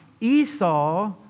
Esau